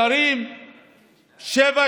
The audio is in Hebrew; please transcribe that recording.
שאפשר למנות שני שרים למשרד אחד,